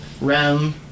Rem